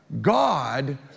God